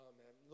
Amen